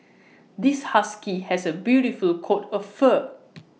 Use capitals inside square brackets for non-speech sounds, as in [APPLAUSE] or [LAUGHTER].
[NOISE] this husky has A beautiful coat of fur [NOISE]